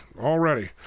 already